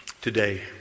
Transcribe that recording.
today